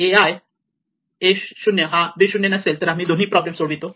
a i a 0 हा b 0 नसेल तर आम्ही दोन्ही प्रॉब्लेम सोडवतो